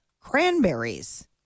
cranberries